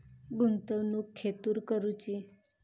गुंतवणुक खेतुर करूची?